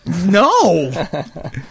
No